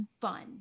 fun